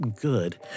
good